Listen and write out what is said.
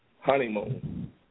Honeymoon